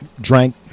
drank